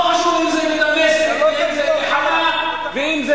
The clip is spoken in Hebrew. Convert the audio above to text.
אתה מגנה את זה, ואת זה